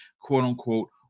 quote-unquote